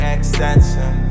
Extension